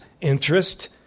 interest